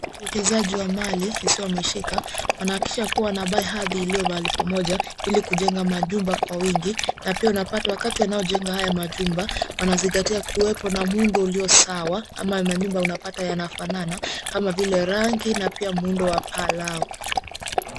Uwekezaji wa mali isiyohamishika wanahakikisha kuwa wanabai hadhi iliyo mahali pamoja ili kujenga majumba kwa wingi. Na pia unapata wakati wanajenga haya majumba, wanazingatia kuwepo na muundo ulio sawa ama manyumba unapata yanafanana kama vile rangi na pia muundo wa paa lao.